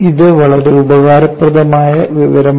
ഇത് വളരെ ഉപയോഗപ്രദമായ വിവരമാണ്